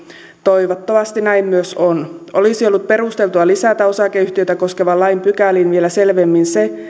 toivottavasti näin myös on olisi ollut perusteltua lisätä osakeyhtiötä koskevan lain pykäliin vielä selvemmin se